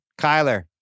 Kyler